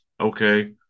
Okay